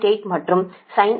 8 மற்றும் sin R0